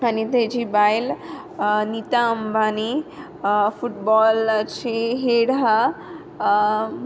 आनी ताजी बायल नीता अंबानी फुटबॉलाची हेड आहा